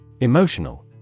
Emotional